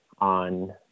on